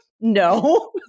no